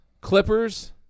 Clippers